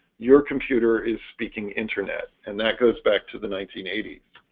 your computer is speaking internet, and that goes back to the nineteen eighty